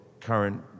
current